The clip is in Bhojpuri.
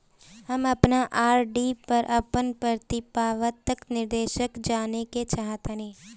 हम अपन आर.डी पर अपन परिपक्वता निर्देश जानेके चाहतानी